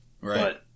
Right